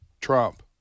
Trump